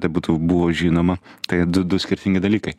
tai būtų buvo žinoma tai du du skirtingi dalykai